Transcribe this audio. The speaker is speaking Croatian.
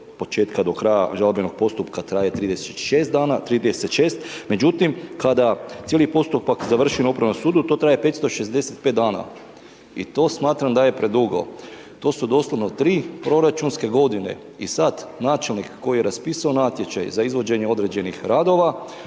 od početka do kraja žalbenog postupka traje 36 dana, međutim, kada cijeli postupak završi na upravnom sudu, to traje 565 dana i to smatram da je predugo, to su doslovno tri proračunske godine i sad načelnik koji je raspisao natječaj za izvođenje određenih radova,